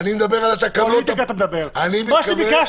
אני אמנם מבינה שהסגר